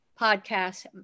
podcast